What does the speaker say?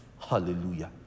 Hallelujah